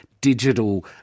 digital